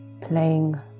playing